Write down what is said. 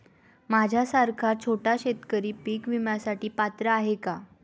माझ्यासारखा छोटा शेतकरी पीक विम्यासाठी पात्र आहे का?